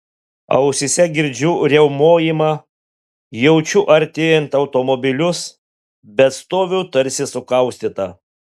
ausyse girdžiu riaumojimą jaučiu artėjant automobilius bet stoviu tarsi sukaustyta